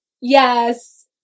yes